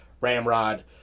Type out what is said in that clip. Ramrod